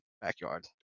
backyard